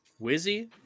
Wizzy